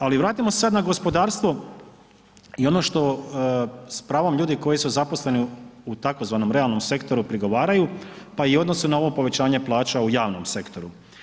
Ali vratimo se sada na gospodarstvo i ono što s pravom ljudi koji su zaposleni u tzv. realnom sektoru prigovaraju pa i u odnosu na ovo povećanje plaća u javnom sektoru.